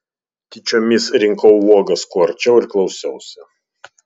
tyčiomis rinkau uogas kuo arčiau ir klausiausi